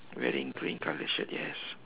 wearing green colour shirt yes